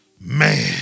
man